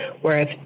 Whereas